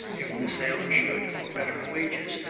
if the sailor should, for better wages,